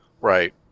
Right